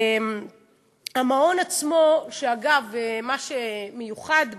המעון עצמו, אגב, מה שמיוחד במעון,